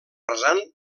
rasant